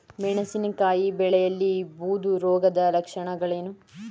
ಮೆಣಸಿನಕಾಯಿ ಬೆಳೆಯಲ್ಲಿ ಬೂದು ರೋಗದ ಲಕ್ಷಣಗಳೇನು?